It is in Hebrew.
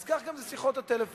אז כך גם שיחות הטלפון.